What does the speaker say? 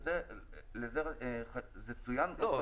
וזה צוין פה בדברי ההסבר --- לא.